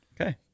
Okay